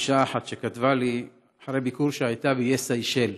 אישה אחת אחרי שהייתה בביקור באיי סיישל.